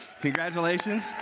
Congratulations